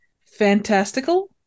fantastical